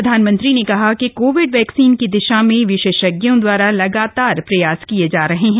प्रधानमंत्री ने कहा कि कोविड वैक्सीन की दिशा में विशेषज्ञों दवारा लगातार प्रयास किये जा रहे हैं